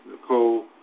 Nicole